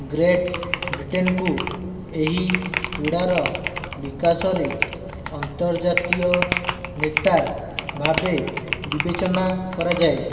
great ବ୍ରିଟେନକୁ ଏହି କ୍ରୀଡ଼ାର ବିକାଶରେ ଆନ୍ତର୍ଜାତୀୟ ନେତା ଭାବେ ବିବେଚନା କରାଯାଏ